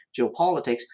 geopolitics